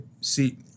see